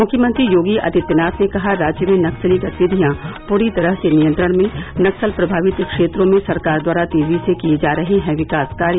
मुख्यमंत्री योगी आदित्यनाथ ने कहा राज्य में नक्सली गतिविधियां पूरी तरह से नियंत्रण में नक्सल प्रमावित क्षेत्रों में सरकार द्वारा तेजी से किये जा रहे है विकास कार्य